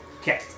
Okay